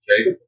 Okay